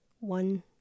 One